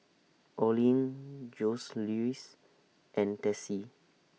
Orlin Joseluis and Tessie